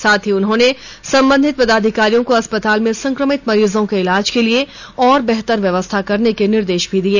साथ ही उन्होंने संबंधित पदाधिकारियों को अस्पताल में संक्रमित मरीजों के इलाज के लिए और बेहतर व्यवस्था करने के निर्देश भी दिए